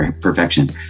perfection